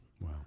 Wow